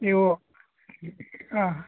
ನೀವು ಹಾಂ